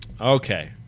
Okay